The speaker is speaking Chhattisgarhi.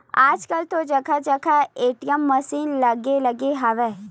आजकल तो जगा जगा ए.टी.एम मसीन लगे लगे हवय